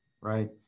right